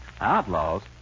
Outlaws